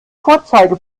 vorzeige